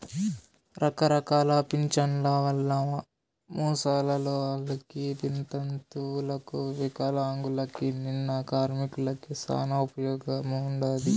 రకరకాల పింఛన్ల వల్ల ముసలోళ్ళకి, వితంతువులకు వికలాంగులకు, నిన్న కార్మికులకి శానా ఉపయోగముండాది